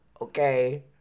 okay